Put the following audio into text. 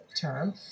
term